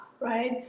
right